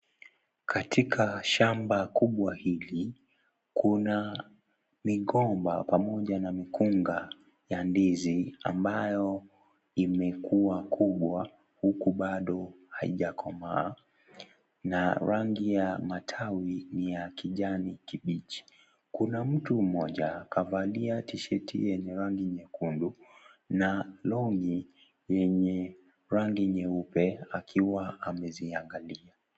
Katika shamba kubwa hili kuna migomba pamoja na mikunga ya ndizi ambayo imekuwa kubwa huku bado haijakomaa na rangi ya matawi ni ya kijani kibichi. Kuna mtu mmoja kavalia tisheti yenye rangi nyeupe akiwa ameziangalia.